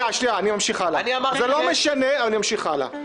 זה לא משנה, ואני אמשיך הלאה.